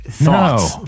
No